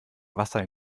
wasser